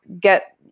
get